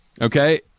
Okay